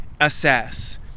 assess